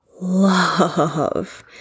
love